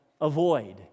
avoid